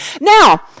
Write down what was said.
now